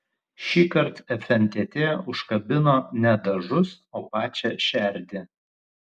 šįkart fntt užkabino ne dažus o pačią šerdį